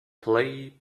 play